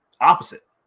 opposite